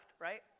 right